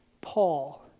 Paul